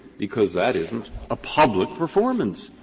because that isn't a public performance.